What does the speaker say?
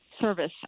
service